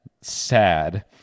sad